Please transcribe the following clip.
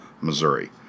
Missouri